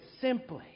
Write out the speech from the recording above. Simply